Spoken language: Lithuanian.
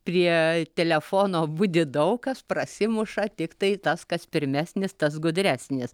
prie telefono budi daug kas prasimuša tiktai tas kas pirmesnis tas gudresnis